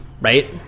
right